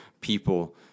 people